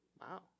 Wow